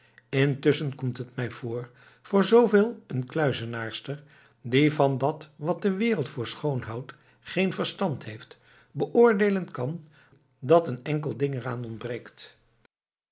intusschen komt het mij voor voor zooveel een kluizenaarster die van dat wat de wereld voor schoon houdt geen verstand heeft beoordeelen kan dat een enkel ding eraan ontbreekt